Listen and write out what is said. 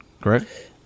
Correct